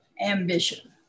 ambition